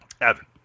evan